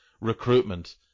recruitment